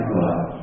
love